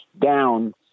down